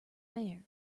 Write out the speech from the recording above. bear